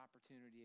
opportunity